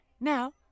Now